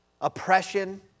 oppression